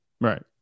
Right